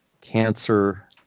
cancer